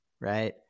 right